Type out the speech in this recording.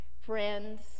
friends